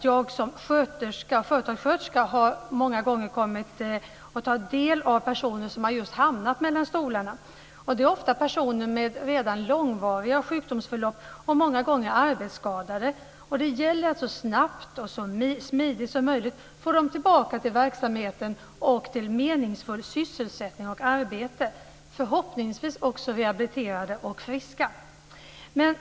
Jag har som företagssköterska många gånger kommit i kontakt med personer som har hamnat "mellan stolarna". Det är ofta personer med redan långvariga sjukdomsförlopp och många gånger också arbetsskadade. Det gäller att så snabbt och smidigt som möjligt få dem tillbaka i verksamhet och i meningsfull sysselsättning och arbete, och förhoppningsvis också få dem rehabiliterade och friska.